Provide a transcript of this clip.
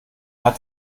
hat